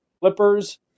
Clippers